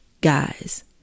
guys